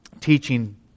teaching